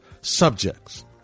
subjects